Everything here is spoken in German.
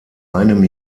einem